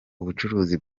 ubucuruzi